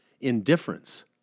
indifference